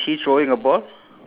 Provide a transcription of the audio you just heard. ya